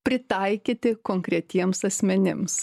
pritaikyti konkretiems asmenims